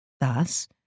Thus